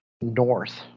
North